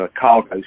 cargo